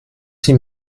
sie